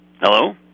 Hello